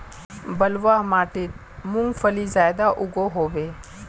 बलवाह माटित मूंगफली ज्यादा उगो होबे?